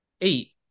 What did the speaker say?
eight